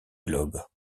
globe